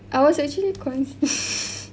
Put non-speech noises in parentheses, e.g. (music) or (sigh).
I was actually consi~ (laughs)